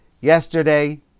yesterday